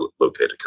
located